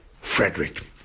Frederick